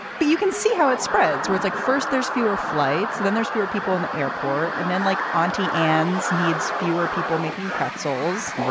but you can see how it spreads. it's like first there's fewer flights, then there's fewer people in the airport and then like ah onthey and needs fewer people making pretzels.